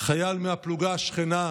חייל מהפלוגה השכנה,